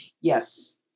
Yes